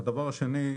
הדבר השני,